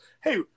Hey